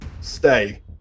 Stay